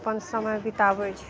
अपन समय बिताबय छै